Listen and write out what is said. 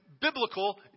biblical